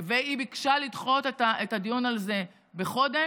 והיא ביקשה לדחות את הדיון על זה בחודש.